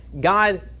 God